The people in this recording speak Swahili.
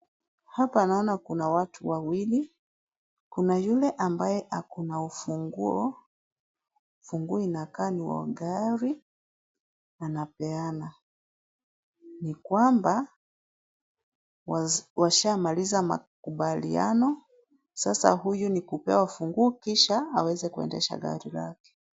Hapa naona kuna watu wawili, kuna yule ambaye akona ufunguo. Funguo inakaa ni wa gari anapeana, ni kwamba washamaliza makubaliano sasa huyu ni kupewa funguo kisha aweze endesha gari lake.